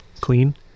clean